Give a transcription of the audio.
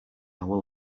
will